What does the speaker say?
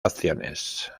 acciones